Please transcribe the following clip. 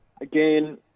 again